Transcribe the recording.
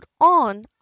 on